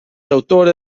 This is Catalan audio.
autora